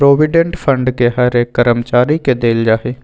provident fund के हर एक कर्मचारी के देल जा हई